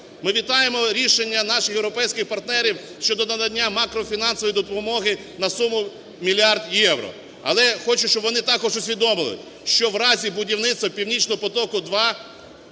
Ми вітаємо рішення наших європейських партнерів щодо надання макрофінансової допомоги на суму 1 мільярд євро. Але хочу, щоб вони також усвідомили, що в разі будівництва "Північного потоку-2"